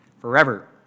forever